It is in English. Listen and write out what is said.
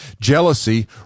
jealousy